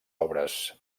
obres